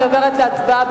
אני עוברת להצבעה.